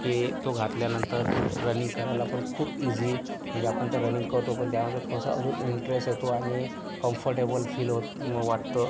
की तो घातल्यानंतर रनिंग करायला पण खूप इझी म्हणजे आपण तर रनिंग करतो पण त्यामध्ये थोडंसं अजून इंटरेस येतो आणि कम्फर्टेबल फील हो वाटतं